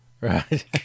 Right